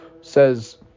says